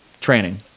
training